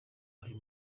ayo